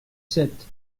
sept